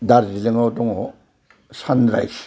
दार्जिलिङाव दङ सानराइस